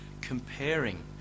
comparing